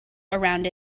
around